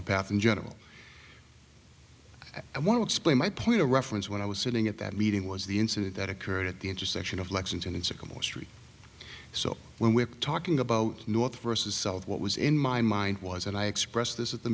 the path in general i want to explain my point of reference when i was sitting at that meeting was the incident that occurred at the intersection of lexington and sycamore street so when we're talking about north versus south what was in my mind was and i expressed this at the